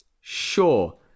Sure